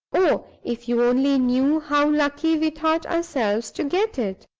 oh, if you only knew how lucky we thought ourselves to get it!